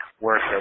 work